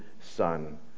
Son